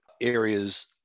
areas